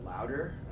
louder